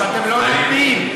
אתם לא נותנים.